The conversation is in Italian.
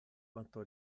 quanto